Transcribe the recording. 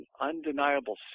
undeniable